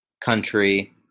country